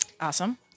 awesome